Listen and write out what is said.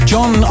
John